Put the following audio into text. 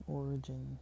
origin